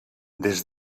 des